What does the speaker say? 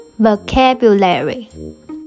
Vocabulary